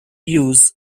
use